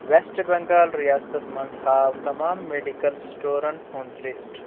west Bengal ریاستس مَنٛز ہاو تمام میڈیکل سٹورَن ہُنٛد لسٹ